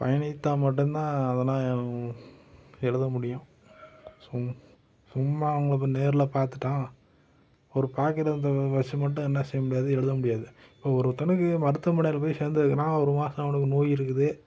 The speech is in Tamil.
பயணித்தால் மட்டுந்தான் அதெல்லாம் எழுத முடியும் சும் சும்மா அவங்கள போய் நேர்ல பார்த்துட்டோம் ஒரு பார்க்குறத வச்சி மட்டும் என்ன செய்ய முடியாது எழுத முடியாது இப்போ ஒரு ஒருத்தனுக்கு மருத்துவமனையில் போய் சேர்ந்துருக்குறான் ஒரு மாதம் அவனுக்கு நோய் இருக்குது